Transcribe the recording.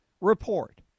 Report